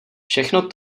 všechno